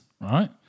right